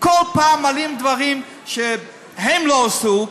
כל פעם מעלים דברים שהם לא עשו,